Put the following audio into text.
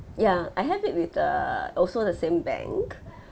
ya I have it with err also the same bank